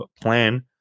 plan